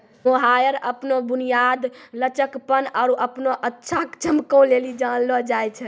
mohair अपनो बुनियाद, लचकपन आरु अपनो अच्छा चमको लेली जानलो जाय छै